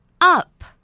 up